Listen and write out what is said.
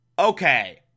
Okay